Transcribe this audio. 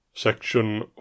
Section